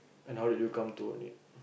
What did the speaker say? and how did you come to own it